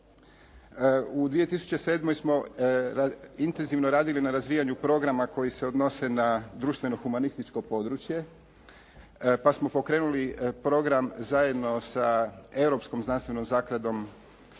U 2007. smo intenzivno radili na razvijanju programa koji se odnose na društveno humanističko područje, pa smo pokrenuli program zajedno sa europskom znanstvenom zakladom,